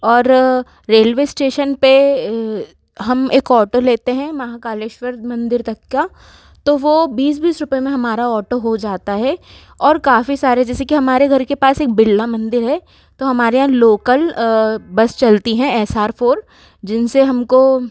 और railway station पर हम एक ऑटो लेते हैं महाकालेश्वर मंदिर तक का तो वो बीस बीस रुपये में हमारा ऑटो हो जाता है और काफ़ी सारे जैसे कि हमारे घर के पास एक बिरला मंदिर है तो हमारे यहाँ लोकल बस चलती हैं एस आर फोर जिन से हम को